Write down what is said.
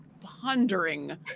pondering